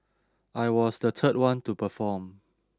I was the third one to perform